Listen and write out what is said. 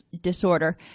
disorder